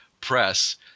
press